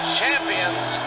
champions